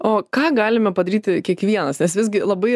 o ką galime padaryti kiekvienas nes visgi labai